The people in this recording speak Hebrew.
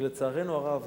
לצערנו הרב,